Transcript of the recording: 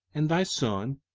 and thy son,